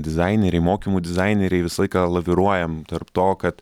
dizaineriai mokymų dizaineriai visą laiką laviruojam tarp to kad